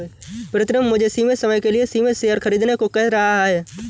प्रितम मुझे सीमित समय के लिए सीमित शेयर खरीदने को कह रहा हैं